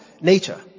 nature